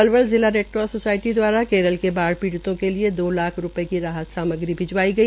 पलवल जिला red cross society दवारा केरल के बाढ़ पीड़ितों के लिए दो लाख रूपये की राहत सामग्री भिजवाई गई